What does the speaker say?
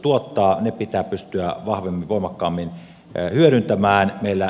ne pitää pystyä vahvemmin voimakkaammin hyödyntämään meillä